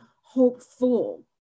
hopeful